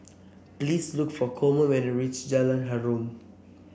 please look for Coleman when you reach Jalan Harum